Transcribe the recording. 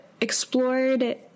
explored